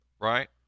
right